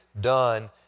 done